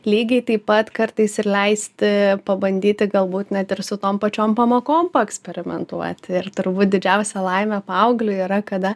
lygiai taip pat kartais ir leisti pabandyti galbūt net ir su tom pačiom pamokom paeksperimentuoti ir turbūt didžiausia laimė paaugliui yra kada